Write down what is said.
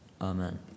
Amen